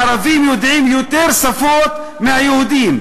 הערבים יודעים יותר שפות מהיהודים,